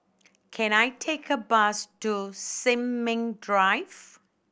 can I take a bus to Sin Ming Drive